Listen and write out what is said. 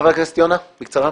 חבר הכנסת יונה, בקצרה.